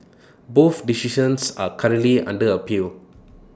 both decisions are currently under appeal